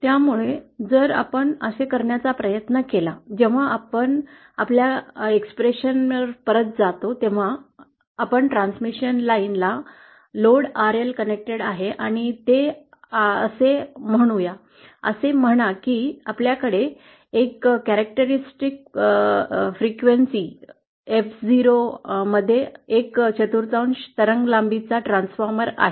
त्यामुळे जर आपण असे करण्याचा प्रयत्न केला जेव्हा आपण आपल्या अभिव्यक्तीकडे परत जातो तेव्हा आपण ट्रान्समिशन लाईन ला लोड RL कनेक्टेड आहे आणि ते आहे असे म्हणू या असे म्हणा की आपल्याकडे एका विशिष्ट फ्रिक्वेन्सी F० मध्ये एक चतुर्थांश तरंग लांबीचा ट्रान्सफॉर्मर आहे